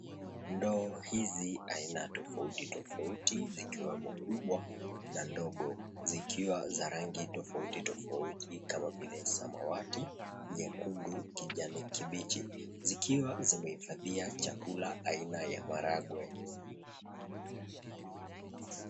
Ndoo hizi aina tofauti tofauti, zikiwemo kubwa na ndogo. Zikiwa za rangi tofauti tofauti kama vile samawati, nyekundu, kijani kibichi. Zikiwa zimehifadhia chakula aina ya maharagwe.